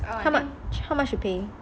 how much how much you pay